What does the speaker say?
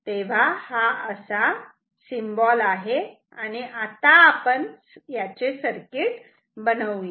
तेव्हा हा असा सिम्बॉल आहे आणि आता आपण सर्किट बनवूयात